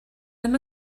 ddim